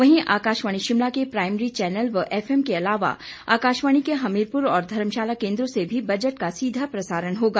वहीं आकाशवाणी शिमला के primary channel व एफएम के अलावा आकाशवाणी के हमीरपुर और धर्मशाला केंद्रों से भी बजट का सीधा प्रसारण होगा